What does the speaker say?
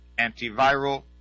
antiviral